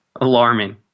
Alarming